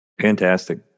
Fantastic